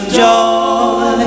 joy